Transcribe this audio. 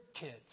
kids